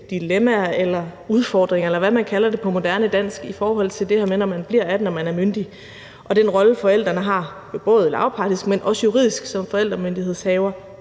dilemmaer eller udfordringer, eller hvad man kalder det på moderne dansk, i forhold til det her med, når man bliver 18 år og man er myndig, og så den rolle, forældrene har, både lavpraktisk, men også juridisk, som forældremyndighedsindehaver,